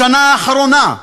בשנה האחרונה,